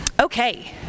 Okay